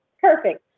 perfect